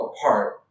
apart